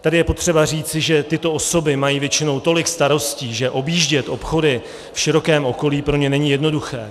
Tady je potřeba říci, že tyto osoby mají většinou tolik starostí, že objíždět obchody v širokém okolí pro ně není jednoduché.